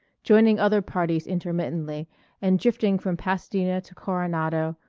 joining other parties intermittently and drifting from pasadena to coronado,